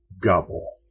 gobble